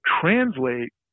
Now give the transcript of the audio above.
translate